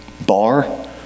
bar